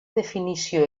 definició